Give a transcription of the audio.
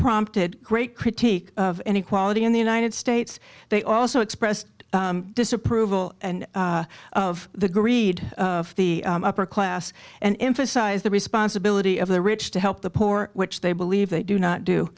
unprompted great critique of any quality in the united states they also expressed disapproval of the greed of the upper class and emphasize the responsibility of the rich to help the poor which they believe they do not do